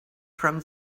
from